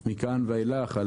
מכאן ואילך.